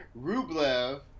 Rublev